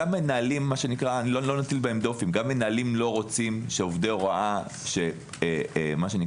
גם מנהלים לא רוצים שעובדי הוראה שסרחו